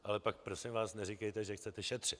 Ale pak prosím vás neříkejte, že chcete šetřit.